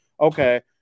Okay